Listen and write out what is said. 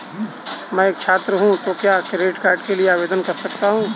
मैं एक छात्र हूँ तो क्या क्रेडिट कार्ड के लिए आवेदन कर सकता हूँ?